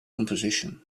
composition